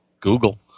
Google